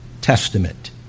Testament